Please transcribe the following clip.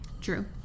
True